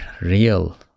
real